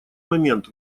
момент